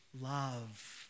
love